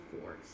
force